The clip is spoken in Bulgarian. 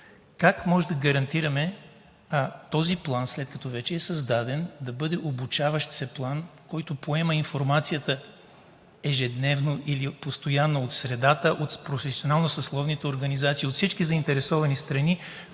как може да гарантираме този план, след като вече е създаден, да бъде обучаващ се план, който поема информацията ежедневно или постоянно от средата, от професионално съсловните организации, от всички заинтересовани страни,